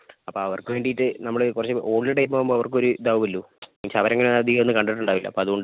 അപ്പം അവർക്ക് വേണ്ടിയിട്ട് നമ്മൾ കുറച്ച് ഓൾഡ് ടൈപ്പ് ആവുമ്പോൾ അവർക്ക് ഒരിതാവുമല്ലോ എന്നുവെച്ചാൽ അവർ അങ്ങനെ അധികമൊന്നും കണ്ടിട്ടുണ്ടാവില്ല അപ്പോൾ അതുകൊണ്ട്